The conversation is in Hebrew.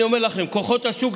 אני אומר לכם: כוחות השוק,